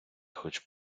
хоч